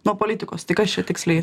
nuo politikos tai kas čia tiksliai